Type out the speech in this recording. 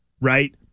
right